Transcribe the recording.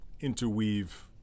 interweave